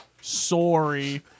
Sorry